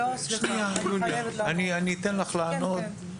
אני אתן לך לענות.